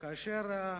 שבו